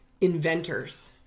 inventors